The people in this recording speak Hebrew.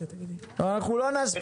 אנחנו לא נספיק.